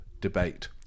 debate